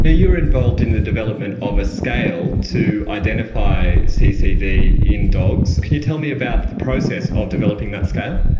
ah you're involved in the development of a scale to identify ccd in dogs. can you tell me about the process of developing that scale?